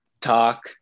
talk